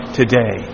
today